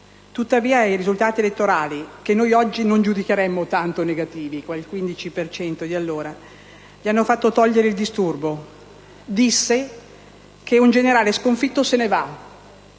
Tuttavia, i risultati elettorali, che noi oggi non giudicheremmo tanto negativi (il 15 per cento di allora) gli hanno fatto togliere il disturbo: disse che un generale sconfitto se ne va;